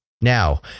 Now